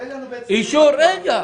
אישור בתנאי